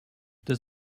does